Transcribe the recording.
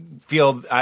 feel